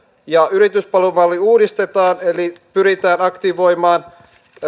ja yrityspalvelumalli uudistetaan eli pyritään aktivoimaan